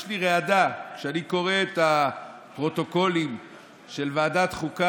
יש לי רעדה כשאני קורא את הפרוטוקולים של ועדת החוקה,